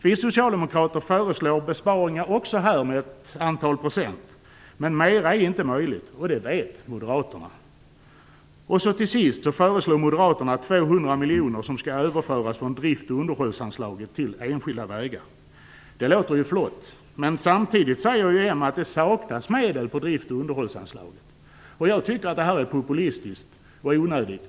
Vi socialdemokrater föreslår också besparingar här med ett antal procent, men mer är inte möjligt, och det vet moderaterna. Till sist föreslår Moderaterna att 200 miljoner skall överföras från drift och underhållsanslaget till enskilda vägar. Det låter flott, men samtidigt säger m att det saknas medel på drift och underhållsanslaget. Jag tycker att det är populistiskt och onödigt.